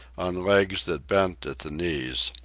on legs that bent at the knees.